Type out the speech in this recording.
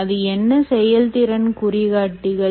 அது என்ன செயல்திறன் குறிகாட்டிகள்